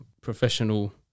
professional